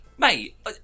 Mate